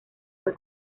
fue